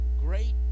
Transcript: great